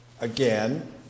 again